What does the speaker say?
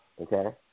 okay